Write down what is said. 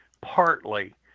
partly